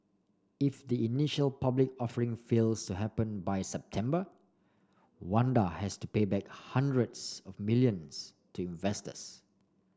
if the initial public offering fails happen by September Wanda has to pay back hundreds of millions to investors